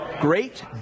great